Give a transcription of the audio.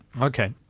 Okay